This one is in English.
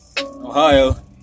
ohio